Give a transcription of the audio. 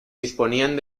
disponían